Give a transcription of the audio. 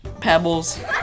pebbles